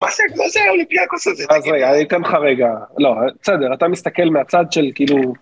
‫מה זה, האולימפיאקוס הזה? ‫-אז רגע, אני אתן לך רגע. ‫לא, בסדר, אתה מסתכל מהצד של כאילו...